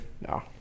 No